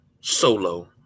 solo